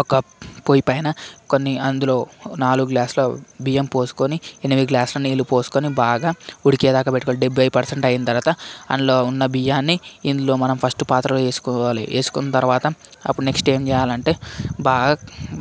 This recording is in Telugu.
ఒక పొయ్యి పైన కొన్ని అందులో నాలుగు గ్లాసుల బియ్యం పోసుకొని ఎనిమిది గ్లాసుల నీళ్ళు పోసుకొని బాగా ఉడికేదాకా పెట్టుకోవాలి డెబ్భై పర్సెంట్ అయిన తర్వాత అందులో ఉన్న బియ్యాన్ని ఇందులో మనం ఫస్ట్ పాత్రలోవేసుకోవాలి వేసుకున్న తర్వాత నెక్స్ట్ ఏం చేయాలంటే బాగా